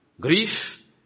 grief